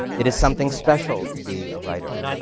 it is something special to be a writer,